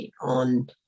on